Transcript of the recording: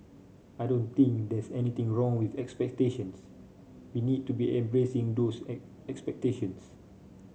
I don't think there's anything wrong with expectations we need to be embracing those expectations